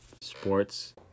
sports